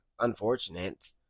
unfortunate